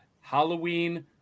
Halloween